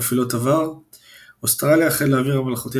מפעילות עבר אוסטרליה אוסטרליה – חיל האוויר המלכותי